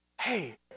Hey